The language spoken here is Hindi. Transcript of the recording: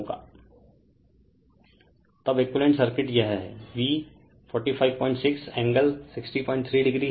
Refer Slide Time 3547 तब एक्विवैलेन्ट सर्किट यह V रेफेर टाइम 3545 456603o है